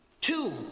Two